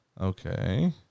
Okay